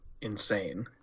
insane